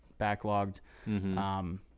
backlogged